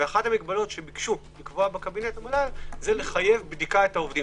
אחת המגבלות שביקשו לקבוע בקבינט לחייב בדיקה את העובדים.